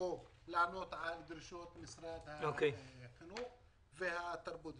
כדי לענות על דרישות משרד החינוך והבריאות.